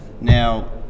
Now